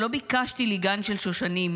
שלא ביקשתי לי גן של שושנים,